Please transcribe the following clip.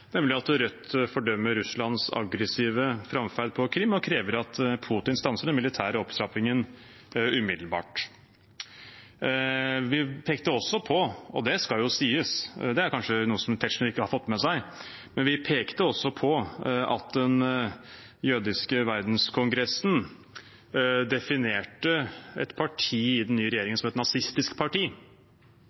nemlig at Rødt fordømte Russlands aggressive framferd på Krim og krevde at Putin stanset den militære opptrappingen umiddelbart. Vi pekte også på – og det skal jo sies, det er kanskje noe som Tetzschner ikke har fått med seg – at Den jødiske verdenskongressen definerte et parti i den nye regjeringen som et nazistisk parti,